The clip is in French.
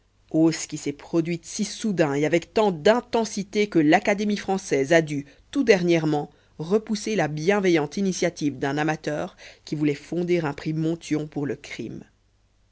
hausse qui s'est produite si soudain et avec tant d'intensité que l'académie française a dû tout dernièrement repousser la bienveillante initiative d'un amateur qui voulait fonder un prix montyon pour le crime